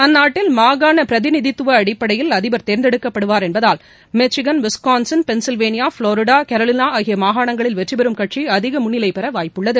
அந்நாட்டில் மாகாண பிரதிநிதித்துவ அடிப்படையில் அதிபர் தேர்ந்தெடுக்கப் படுவார் என்பதால் Michigan Wisconsin Pennsylvania Florida Carolina ஆகிய மாகாணங்களில் வெற்றி பெறும் கட்சி அதிக முன்னிலை பெற வாய்ப்புள்ளது